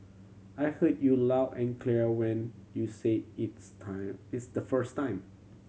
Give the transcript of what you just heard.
I heard you loud and clear when you said it's time it's the first time